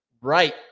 right